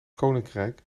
koninkrijk